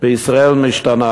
בישראל משתנה,